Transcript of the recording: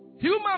human